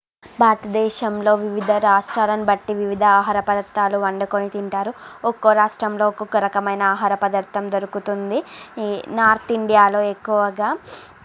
భారతదేశంలో వివిధ రాష్ట్రాలను బట్టి వివిధ ఆహార పదార్ధాలు వండుకుని తింటారు ఒక్కొ రాష్ట్రంలో ఒక్కొక్క రకమైన ఆహార పదార్ధం దొరుకుతుంది ఈ నార్త్ ఇండియాలో ఎక్కువగా